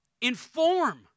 inform